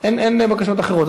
אין בקשות אחרות.